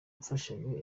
mfashanyo